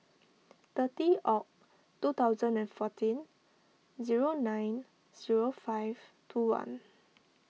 thirty Oct two thousand and fourteen zero nine zero five two one